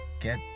get